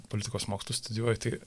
politikos mokslus studijuoju tai